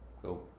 go